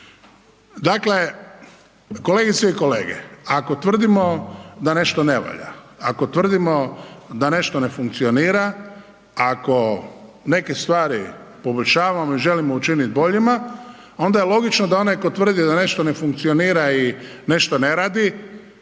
Dakle, kolegice i kolege, ako tvrdimo da nešto ne valja, ako tvrdimo da nešto ne funkcionira, ako neke stvari poboljšavamo i želimo učiniti boljima onda je logično da onaj tko tvrdi da nešto ne funkcionira i nešto ne radi,